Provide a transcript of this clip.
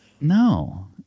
No